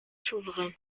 souverain